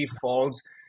falls